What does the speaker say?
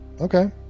okay